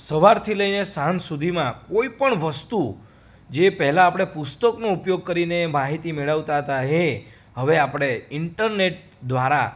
સવારથી લઈને સાંજ સુધીમાં કોઈપણ વસ્તુ જે પહેલાં આપણે પુસ્તકનો ઉપયોગ કરીને માહિતી મેળવતા હતા એ હવે આપણે ઈન્ટરનેટ દ્વારા